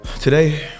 Today